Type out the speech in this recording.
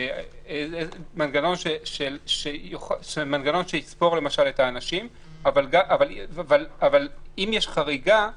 מנגנון שיספור למשל את האנשים אבל אם יש חריגה כשלעצמה,